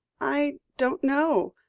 i don't know.